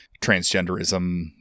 transgenderism